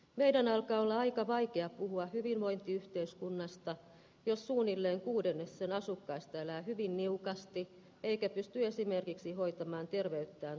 meidän alkaa olla aika vaikea puhua hyvinvointiyhteiskunnasta jos suunnilleen kuudennes sen asukkaista elää hyvin niukasti eikä pysty esimerkiksi hoitamaan terveyttään